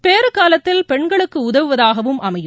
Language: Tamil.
பேறுகாலத்தில் பெண்களுக்குஉதவுவதாகவும் அமையும்